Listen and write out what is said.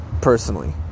personally